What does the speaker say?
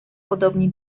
podobni